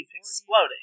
exploding